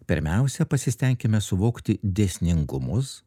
pirmiausia pasistenkime suvokti dėsningumus